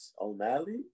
O'Malley